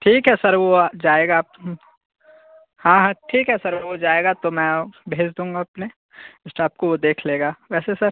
ठीक है सर वो जाएगा आप हाँ हाँ ठीक है सर हो जाएगा तो मैं वो भेज दूँगा अपने स्टाफ़ को वो देख लेगा वैसे सर